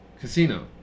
Casino